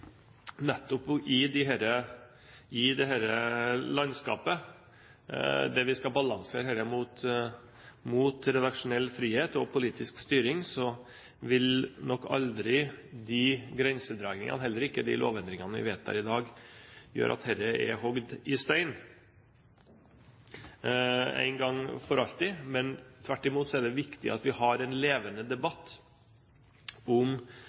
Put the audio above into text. nettopp i dette landskapet der vi skal balansere redaksjonell frihet og politisk styring, vil nok aldri grensedragningene og heller ikke de lovendringene vi vedtar i dag, gjøre at dette er hogd i stein en gang for alle, men tvert imot er det viktig at vi har en levende debatt om